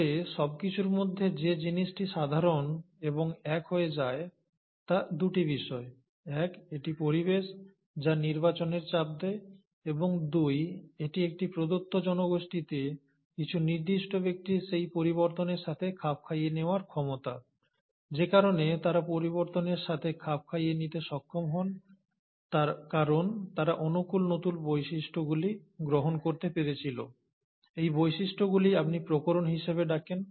তবে সবকিছুর মধ্যে যে জিনিসটি সাধারণ এবং এক হয়ে যায় তা দুটি বিষয় এক এটি পরিবেশ যা নির্বাচনের চাপ দেয় এবং দুই এটি একটি প্রদত্ত জনগোষ্ঠীতে কিছু নির্দিষ্ট ব্যক্তির সেই পরিবর্তনের সাথে খাপ খাইয়ে নেওয়ার ক্ষমতা যে কারণে তারা পরিবর্তনের সাথে খাপ খাইয়ে নিতে সক্ষম হন তার কারণ তারা অনুকূল নতুন বৈশিষ্ট্যগুলি গ্রহণ করতে পেরেছিল এই বৈশিষ্ট্যগুলিই আপনি প্রকরণ হিসাবে ডাকেন